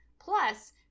Plus